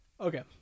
Okay